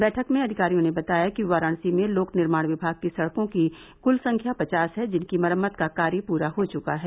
बैठक में अधिकारियों ने बताया कि वाराणसी में लोक निर्माण किमाग की सड़कों की कुल संख्या पचास है जिनकी मरम्मत का कार्य पूरा हो चुका है